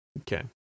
okay